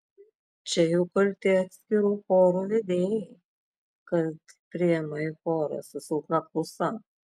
čia jau kalti atskirų chorų vedėjai kad priima į chorą su silpna klausa